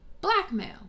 blackmail